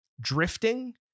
drifting